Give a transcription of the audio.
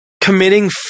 committing